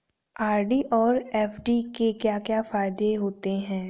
RD और FD के क्या क्या फायदे होते हैं?